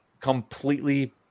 Completely